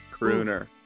crooner